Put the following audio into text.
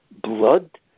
blood